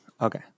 okay